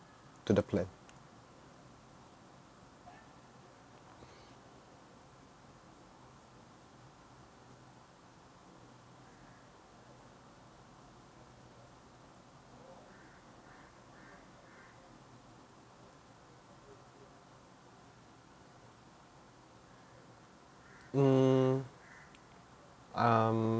to the plan um um